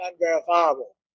unverifiable